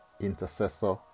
Intercessor